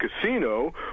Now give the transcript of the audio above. casino